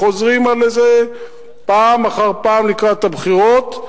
חוזרים על זה פעם אחר פעם לקראת הבחירות,